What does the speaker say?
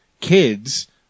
kids